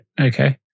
Okay